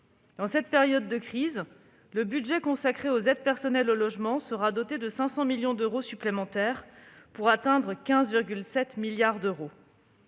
En cette période de crise, le budget consacré aux aides personnalisées au logement sera doté de 500 millions d'euros supplémentaires, pour atteindre 15,7 milliards d'euros.